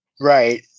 Right